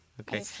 okay